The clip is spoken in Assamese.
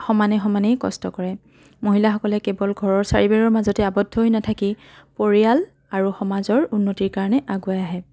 সমানে সমানেই কষ্ট কৰে মহিলাসকলে কেৱল ঘৰৰ চাৰিবেৰৰ মাজতে আৱদ্ধ হৈ নাথাকি পৰিয়াল আৰু সমাজৰ উন্নতিৰ কাৰণে আগুৱাই আহে